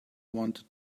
wanted